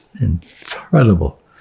incredible